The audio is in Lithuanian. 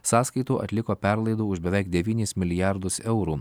sąskaitų atliko perlaidų už beveik devynis milijardus eurų